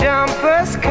Jumpers